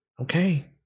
Okay